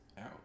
out